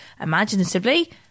imaginatively